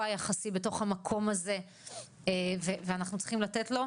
היחסי בתוך המקום הזה ואנחנו צריכים לתת לו.